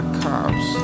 cops